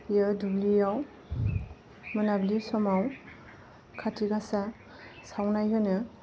दुब्लियाव मोनाबिलि समाव खाथि गासा सावनाय होनो